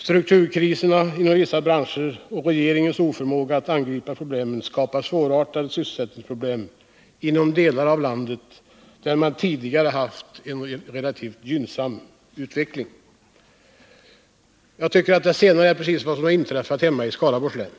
Strukturkriserna inom vissa branscher och regeringens oförmåga att angripa problemen skapade svårartade sysselsättningsproblem inom delar av landet där man tidigare haft ett relativt gynnsamt läge.” Jag tycker att det senare är just vad som har inträffat hemma i Skaraborgs län.